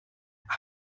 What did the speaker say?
aber